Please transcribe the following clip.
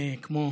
כמו